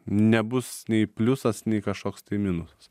nebus nei pliusas nei kažkoks tai minusas